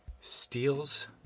steals